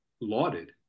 lauded